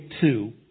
two